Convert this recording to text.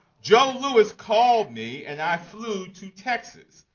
joe louis called me and i flew to texas.